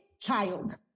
child